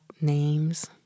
names